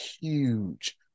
huge